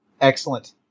Excellent